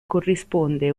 corrisponde